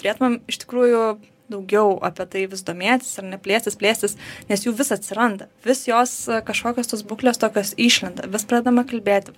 turėtumėm iš tikrųjų daugiau apie tai vis domėtis ar ne plėstis plėstis nes jų vis atsiranda vis jos kažkokios tos būklės tokios išlenda vis pradedame kalbėti